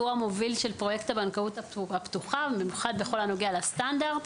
הוא המוביל של פרויקט הבנקאות הפתוחה ובמיוחד בכל הנוגע לסטנדרט.